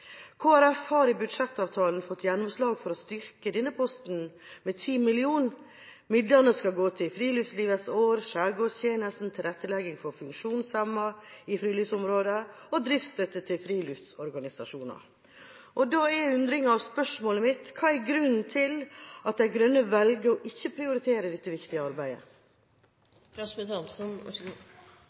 har i budsjettavtalen fått gjennomslag for å styrke denne posten med 10 mill. kr. Midlene skal gå til Friluftslivets år, Skjærgårdstjenesten, tilrettelegging for funksjonshemmede i friluftsområder og driftsstøtte til friluftsorganisasjoner. Da er undringen – og spørsmålet mitt: Hva er grunnen til at Miljøpartiet De Grønne velger ikke å prioritere dette viktige arbeidet?